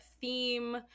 theme